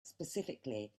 specifically